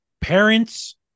parents